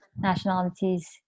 nationalities